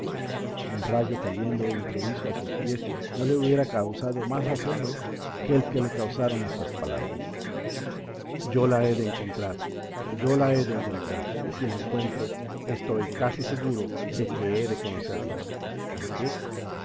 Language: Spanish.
un rayo cayendo de improviso a sus pies no le hubiera causado más asombro que el que le causaron estas palabras yo la he de encontrar la he de encontrar y si la encuentro estoy casi seguro de que he de conocerla en qué